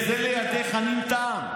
הינה, זה שלידך אנין טעם.